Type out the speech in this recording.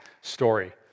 story